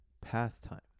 pastime